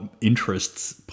interests